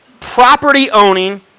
property-owning